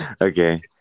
okay